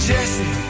Jesse